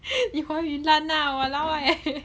你话语烂 lah !walao! eh